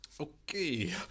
Okay